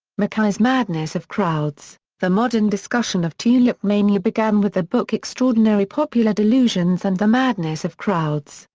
mackay's madness of crowds the modern discussion of tulip mania began with the book extraordinary popular delusions and the madness of crowds,